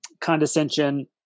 condescension